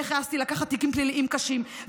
ואיך העזתי לקחת תיקים פליליים קשים,